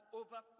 over